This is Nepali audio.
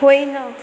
होइन